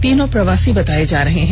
तीनों प्रवासी बताए जा रहे हैं